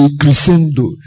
crescendo